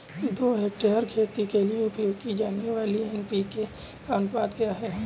दो हेक्टेयर खेती के लिए उपयोग की जाने वाली एन.पी.के का अनुपात क्या है?